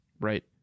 Right